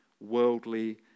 worldly